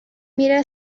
میره